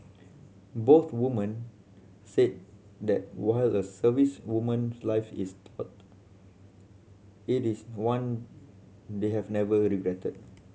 both women said that while a servicewoman's life is it is one they have never regretted